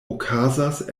okazas